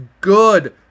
good